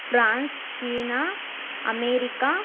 France China America